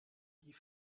die